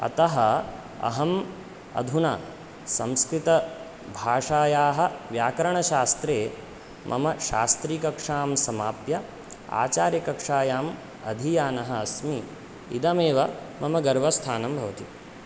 अतः अहम् अधुना संस्कृतभाषायाः व्याकरणशास्त्रे मम शास्त्रिकक्षां समाप्य आचार्यकक्षायाम् अधीयानः अस्मि इदमेव मम गर्वस्थानं भवति